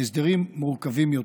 ההסדרים מורכבים יותר.